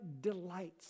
delights